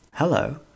Hello